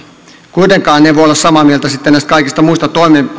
kuitenkaan en voi olla samaa mieltä sitten näistä kaikista muista